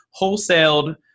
wholesaled